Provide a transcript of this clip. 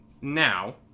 now